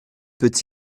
peut